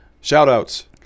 shout-outs